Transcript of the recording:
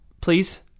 please